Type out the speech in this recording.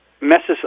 messes